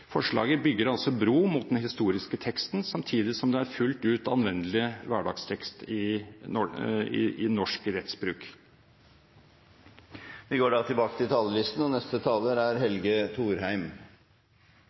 Forslaget bygger bro mot den historiske teksten, samtidig som det er fullt ut anvendelig hverdagstekst i norsk rettsbruk. Replikkordskiftet er omme. Det er en kjent sak at språk er makt. Dess mer innfløkt og vanskelig språket er